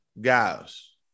guys